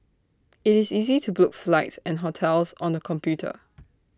IT is easy to book flights and hotels on the computer